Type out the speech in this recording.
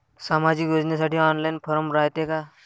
सामाजिक योजनेसाठी online form रायते का?